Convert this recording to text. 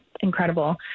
incredible